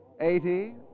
Eighty